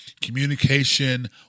communication